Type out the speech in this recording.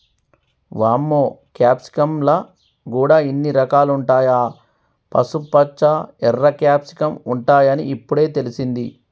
వామ్మో క్యాప్సికమ్ ల గూడా ఇన్ని రకాలుంటాయా, పసుపుపచ్చ, ఎర్ర క్యాప్సికమ్ ఉంటాయని ఇప్పుడే తెలిసింది